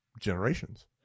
generations